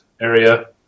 area